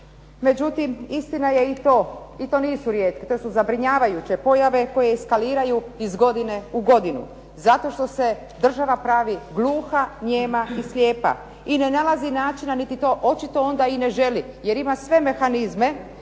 Međutim, istina je i to, i to nisu rijetke to su zabrinjavajuće pojave koje eskaliraju iz godine u godinu zato što se država pravi gluha, nijema i slijepa i ne nalazi načina niti to očito onda ne želi, jer ima sve mehanizme